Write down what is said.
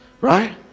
right